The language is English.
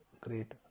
great